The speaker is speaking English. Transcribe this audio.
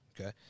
Okay